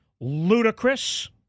ludicrous